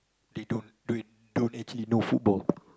they don't do it don't actually know football